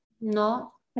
No